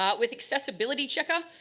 ah with accessibility checker,